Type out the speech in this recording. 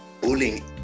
bullying